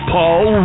Paul